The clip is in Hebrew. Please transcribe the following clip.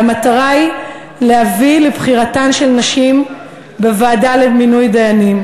והמטרה היא להביא לבחירתן של נשים לוועדה למינוי דיינים.